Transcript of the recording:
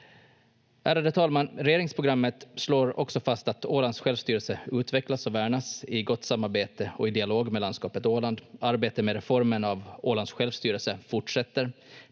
Ärade talman! Regeringsprogrammet slår också fast att Ålands självstyrelse utvecklas och värnas i gott samarbete och i dialog med landskapet Åland. Arbetet med reformen av Ålands självstyrelse fortsätter.